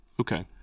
Okay